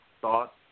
thought